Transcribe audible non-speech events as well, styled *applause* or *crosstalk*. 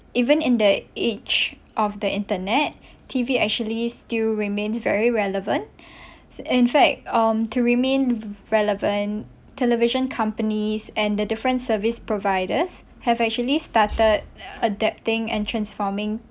even in the age of the internet T_V actually still remains very relevant *breath* in fact um to remain relevant television companies and the different service providers have actually started adapting and transforming